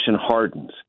hardens